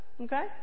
okay